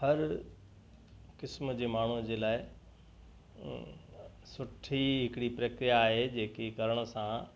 हर क़िस्म जे माण्हू जे लाइ सुठी हिकड़ी प्रक्रिया आहे जेके करण सां